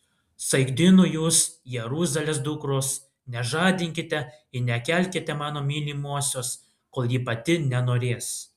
saikdinu jus jeruzalės dukros nežadinkite ir nekelkite mano mylimosios kol ji pati nenorės